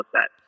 set